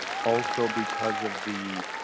also, because of the